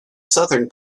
southern